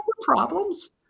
problems